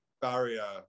barrier